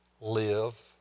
live